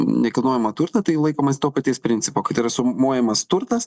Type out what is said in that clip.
nekilnojamą turtą tai laikomasi to paties principo kad yra sumuojamas turtas